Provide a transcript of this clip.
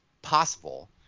possible